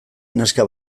neska